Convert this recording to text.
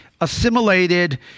assimilated